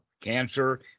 cancer